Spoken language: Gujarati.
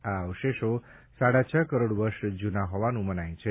આ અવશેષો સાડા છ કરોડ વર્ષ જૂના હોવાનું મનાય છે